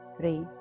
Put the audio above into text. three